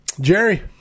Jerry